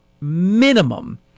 minimum